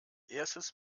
erstes